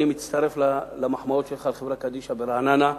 אני מצטרף למחמאות שלך לחברה קדישא ברעננה.